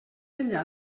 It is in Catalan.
enllà